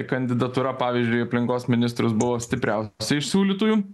kandidatūra pavyzdžiui į aplinkos ministrus buvo stipriausia iš siūlytųjų